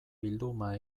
bilduma